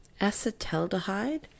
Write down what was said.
Acetaldehyde